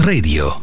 Radio